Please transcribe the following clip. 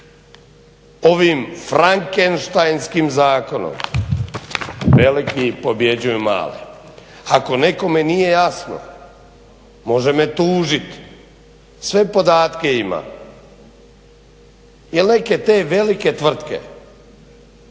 ovim frankenštajnskim zakonom veliki pobjeđuju male. Ako nekome nije jasno može me tužit. Sve podatke ima. Jer neke te velike tvrtke